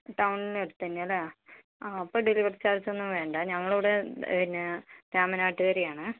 ടൌണിന് അടുത്തൊന്നും അല്ലെ ആ അപ്പോൾ ഡെലിവറി ചാര്ജ് ഒന്നും വേണ്ട ഞങ്ങൾ ഇവിടെ പിന്ന രാമനാട്ടുകരയാണ്